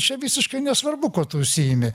čia visiškai nesvarbu kuo tu užsiimi